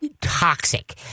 toxic